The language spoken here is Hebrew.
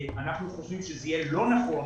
אנחנו חושבים שזה יהיה לא נכון,